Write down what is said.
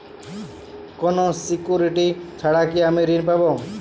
কোনো সিকুরিটি ছাড়া কি আমি ঋণ পাবো?